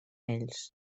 ells